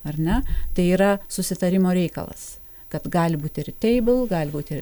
ar ne tai yra susitarimo reikalas kad gali būti ir teibl gali būti ir